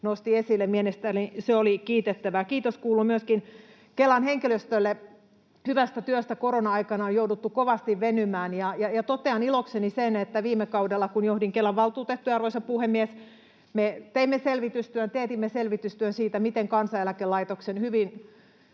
nosti esille. Mielestäni se oli kiitettävää. Kiitos kuuluu myöskin Kelan henkilöstölle hyvästä työstä. Korona-aikana on jouduttu kovasti venymään. Ja totean ilokseni sen, että viime kaudella kun johdin Kelan valtuutettuja, arvoisa puhemies, me teetimme selvitystyön siitä, miten Kansaneläkelaitoksen hyvin